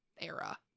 era